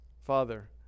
Father